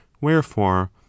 wherefore